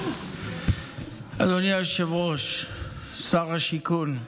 אדוני היושב-ראש, שר השיכון,